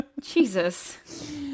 Jesus